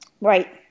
Right